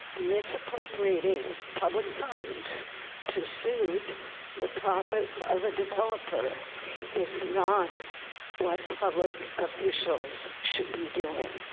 misappropriating public funds to suit the profits of a developer is not what public officials should be doing.